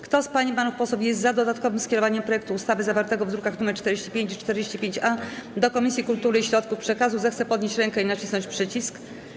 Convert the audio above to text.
Kto z pań i panów posłów jest za dodatkowym skierowaniem projektu ustawy zawartego w drukach nr 45 i 45-A do Komisji Kultury i Środków przekazu, zechce podnieść rękę i nacisnąć przycisk.